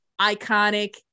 iconic